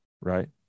right